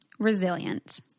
resilient